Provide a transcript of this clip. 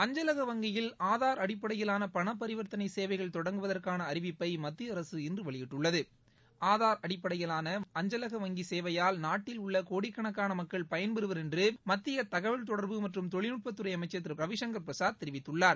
அஞ்சலக வங்கியில் ஆதார் அடிப்படையிலான பன பரிவர்த்தனை சேவைகள் தொடங்குவதற்கான அறிவிப்பை மத்திய அரசு இன்று வெளியிட்டுள்ளது ஆதார் அடிப்படையிலான அஞ்சலக வங்கி சேவையால் நாட்டில் உள்ள கோடிக்கணக்காள மக்கள் பயன்பெறுவர் என்று மத்திய தகவல் தொடர்பு மற்றும் தொழில்நுட்பத்துறை அமைச்சர் திரு ரவிசங்கர் பிரசாத் தெரிவித்துள்ளார்